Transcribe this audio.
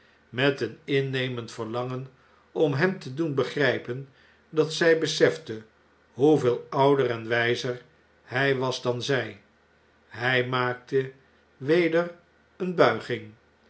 met een innemend verlangen om hem te doen begrypen dat zy besefte hoeveel ouderenwyzer hy was dan zy hy maakte weder eene buiging